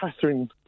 Catherine